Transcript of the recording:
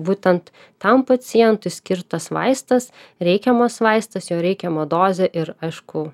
būtent tam pacientui skirtas vaistas reikiamas vaistas jo reikiama dozė ir aišku